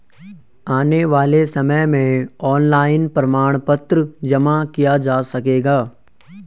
आने वाले समय में ऑनलाइन प्रमाण पत्र जमा किया जा सकेगा